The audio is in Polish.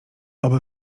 oby